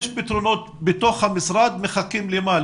שיש פתרונות בתוך המשרד ומחכים למה,